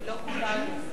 לא כולנו.